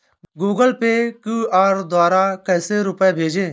Google Pay QR द्वारा कैसे रूपए भेजें?